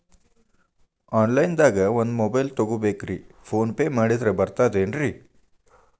Online ದಾಗ ಒಂದ್ mobile ತಗೋಬೇಕ್ರಿ ಫೋನ್ ಪೇ ಮಾಡಿದ್ರ ಬರ್ತಾದೇನ್ರಿ?